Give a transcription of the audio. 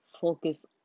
focus